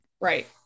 Right